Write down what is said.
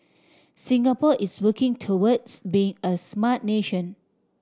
Singapore is working towards being a smart nation